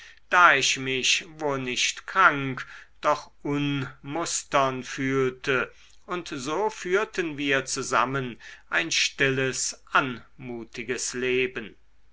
da ich mich wo nicht krank doch unmustern fühlte und so führten wir zusammen ein stilles anmutiges leben